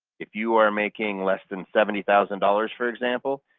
if you are making less than seventy thousand dollars for example,